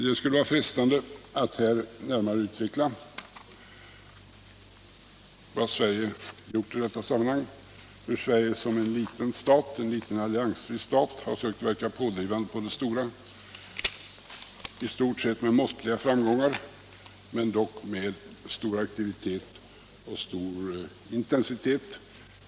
Det skulle vara frestande att här närmare utveckla vad Sverige gjort i dessa sammanhang, hur Sverige som en liten alliansfri stat har sökt verka pådrivande på de stora — i stort sett med måttliga framgångar men dock med stor aktivitet och stor intensitet.